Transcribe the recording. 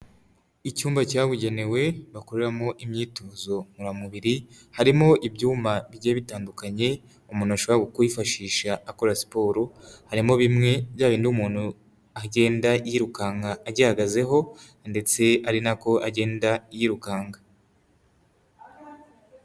Icyumba cyabugenewe bakoreramo imyitozo ngororamubiri harimo ibyuma bigiye bitandukanye umuntu ashobora kwifashisha akora siporo harimo bimwe bya bindi umuntu agenda yirukanka agihagazeho ndetse ari nako agenda yirukanka.